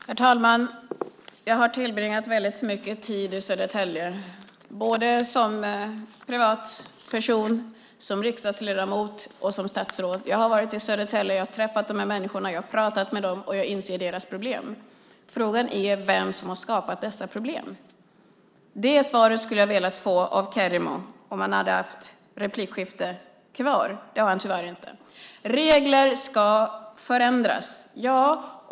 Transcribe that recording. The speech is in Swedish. Herr talman! Jag har tillbringat mycket tid i Södertälje både som privatperson, som riksdagsledamot och som statsråd. Jag har varit i Södertälje, jag har träffat de här människorna, jag har pratat med dem och jag inser deras problem. Frågan är vem som har skapat dessa problem. Det svaret skulle jag vilja få av Kerimo om han hade haft något inlägg kvar. Det har han tyvärr inte. Regler ska förändras.